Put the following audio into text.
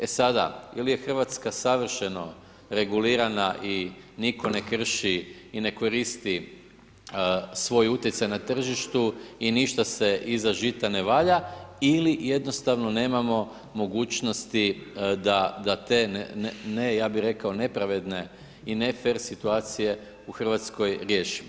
E sada, ili je Hrvatska savršeno regulirana i nitko ne krši i ne koristi svoj utjecaj na tržištu i ništa se iza žita ne valja ili jednostavno nemamo mogućnosti da te ne, ja bih rekao nepravedne i ne fer situacije u Hrvatskoj riješimo.